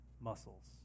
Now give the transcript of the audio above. muscles